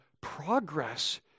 progress